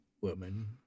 woman